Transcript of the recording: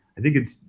i think, it